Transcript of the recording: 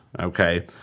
okay